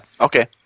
okay